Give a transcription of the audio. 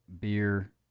beer